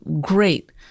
Great